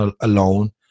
alone